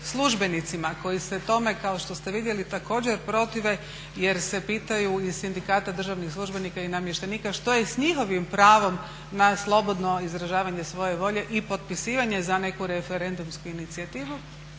službenicima koji se tome kao što ste vidjeli također protive jer se pitaju iz sindikata državnih službenika i namještenika što je s njihovim pravom na slobodno izražavanje svoje volje i potpisivanje za neku referendumsku inicijativu.